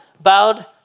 bowed